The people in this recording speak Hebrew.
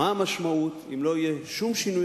לשאלה מה המשמעות אם לא יהיה שום שינוי